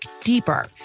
deeper